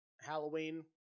Halloween